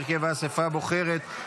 הרכב האספה הבוחרת,